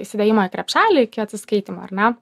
įsidėjimą į krepšelį iki atsiskaitymo ar ne